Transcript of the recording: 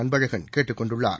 அன்பழகன் கேட்டுக் கொண்டுள்ளார்